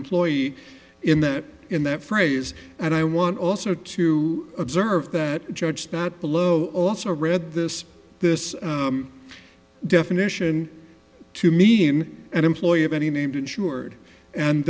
employee in that in that phrase and i want also to observe that judge that below also read this this definition to me in an employee of any named insured and